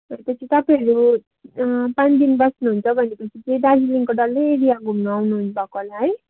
भने पछि तपाईँहरूले पाँच दिन बस्नु हुन्छ भने पछि चाहिँ दार्जिलिङको डल्लै एरिया घुम्नु आउनु भएको होला है